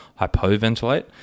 Hypoventilate